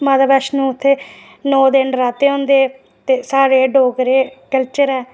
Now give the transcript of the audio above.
माता वैष्णो ते इत्थै नौ ते नराते होंदे ते साढ़े डोगरा कल्चर ऐ